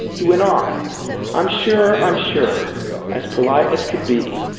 he went on i'm sure i'm sure' as polite as could be.